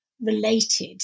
related